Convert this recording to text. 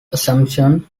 assumption